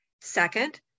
Second